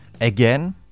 Again